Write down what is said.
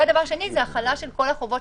והדבר השני זה החלה של כל החובות